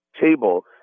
table